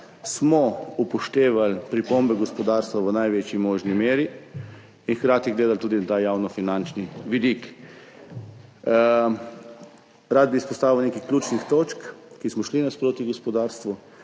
smo upoštevali pripombe gospodarstva v največji možni meri in hkrati gledali tudi ta javnofinančni vidik. Rad bi izpostavil nekaj ključnih točk, kjer smo šli nasproti gospodarstvu.